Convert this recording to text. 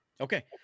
Okay